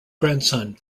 grandson